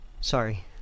sorry